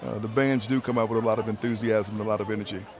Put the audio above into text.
the bands do come up with a lot of enthusiasm, and a lot of energy.